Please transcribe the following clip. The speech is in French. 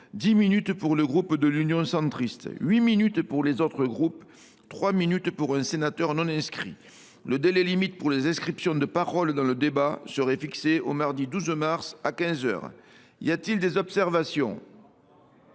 dix minutes pour le groupe Union Centriste ; huit minutes pour les autres groupes ; trois minutes pour un sénateur non inscrit. Le délai limite pour les inscriptions de parole dans le débat serait fixé au mardi 12 mars, à quinze heures. Y a t il des observations ?…